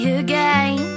again